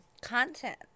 Content